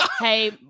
Hey